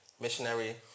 Missionary